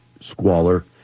squalor